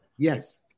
yes